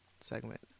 segment